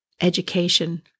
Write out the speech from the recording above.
education